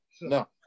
No